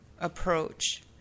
approach